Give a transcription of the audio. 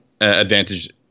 advantage